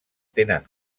tenen